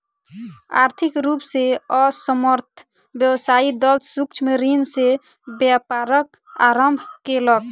आर्थिक रूप से असमर्थ व्यवसायी दल सूक्ष्म ऋण से व्यापारक आरम्भ केलक